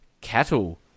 Cattle